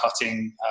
cutting